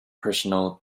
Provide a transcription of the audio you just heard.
personal